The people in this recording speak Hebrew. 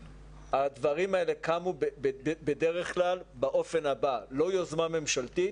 הדברים האלה קמו בדרך כלל באופן הבא: לא יוזמה ממשלתית